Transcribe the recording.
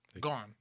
gone